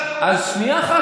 בעיה לספר מה נתניהו כן עשה.